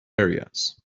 areas